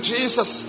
Jesus